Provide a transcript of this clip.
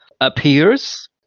appears